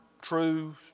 true